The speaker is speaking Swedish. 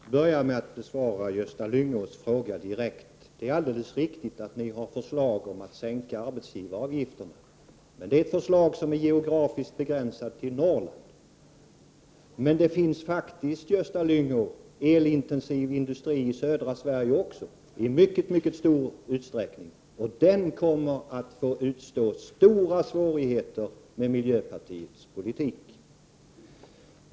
Fru talman! Jag börjar med att besvara Gösta Lyngås fråga. Det är helt riktigt att ni i miljöpartiet har föreslagit att arbetsgivaravgifterna skall sänkas. Men detta förslag begränsar sig geografiskt till Norrland. Gösta Lyngå, det finns faktiskt i mycket stor utsträckning elintensiv industri också i södra Sverige. Den kommer att få stora svårigheter med miljöpartiets politik.